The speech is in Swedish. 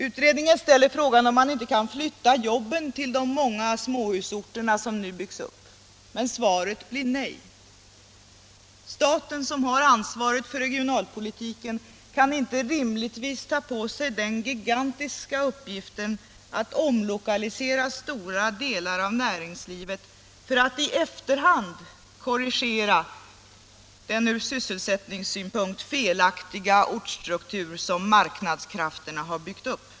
Utredningarna ställer frågan om vi inte kan flytta ut jobben till de många småhusorterna som nu byggts upp. Svaret blir nej. Staten som har ansvaret för regionalpolitiken kan inte rimligtvis ta på sig den gigantiska uppgiften att omlokalisera stora delar av näringslivet för att i efterhand kor 119 120 rigera den ur sysselsättningssynpunkt felaktiga ortsstruktur som marknadskrafterna skapat.